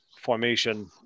formation